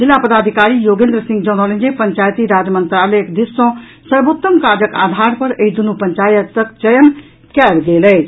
जिला पदाधिकारी योगेन्द्र सिंह जनौलनि जे पंचायती राज मंत्रालयक दिस सँ सर्वोतम काजक आधार पर एहि दुनू पंचायतक चयन कयल गेल अछि